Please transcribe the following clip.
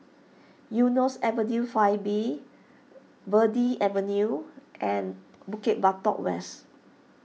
Eunos Avenue five B Verde Avenue and Bukit Batok West